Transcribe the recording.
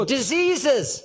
Diseases